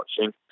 watching